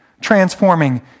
transforming